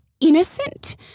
innocent